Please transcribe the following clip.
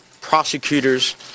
prosecutors